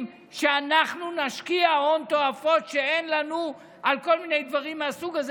שאנחנו נשקיע הון תועפות שאין לנו על כל מיני דברים מהסוג הזה?